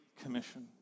Commission